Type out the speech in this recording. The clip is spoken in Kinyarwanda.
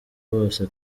bose